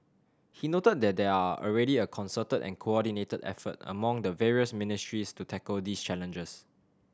he noted that there are already a concerted and coordinated effort among the various ministries to tackle these challenges